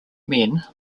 men